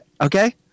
Okay